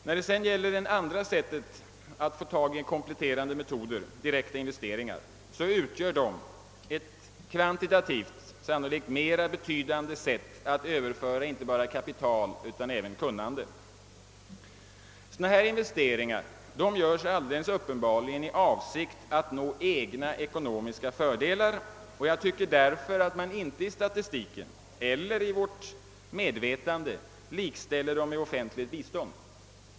Vad beträffar det andra sättet för att finna kompletterande metoder, nämligen direkta investeringar, utgör dessa ett kvantitativt sannolikt mera betydande sätt att överföra inte bara kapital utan även kunnande. Sådana investeringar görs uppenbarligen i avsikt att nå egna ekonomiska fördelar, och jag tycker därför, att man inte i statistiken eller i vårt medvetande skall likställa dem med offentligt bistånd.